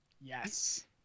Yes